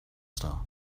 star